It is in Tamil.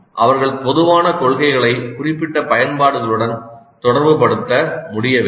அவர்கள் பொதுவான கொள்கைகளை குறிப்பிட்ட பயன்பாடுகளுடன் தொடர்பு படுத்த முடிய வேண்டும்